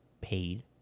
paid